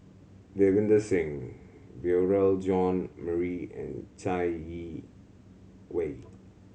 Davinder Singh Beurel John Marie and Chai Yee Wei